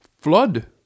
flood